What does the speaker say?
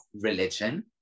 religion